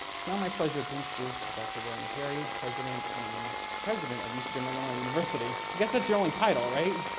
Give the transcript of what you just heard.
so my pleasure to introduce dr. william perry, president and president of eastern illinois university. i guess that's your only title right?